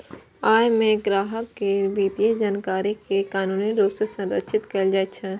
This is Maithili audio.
अय मे ग्राहक के वित्तीय जानकारी कें कानूनी रूप सं संरक्षित कैल जाइ छै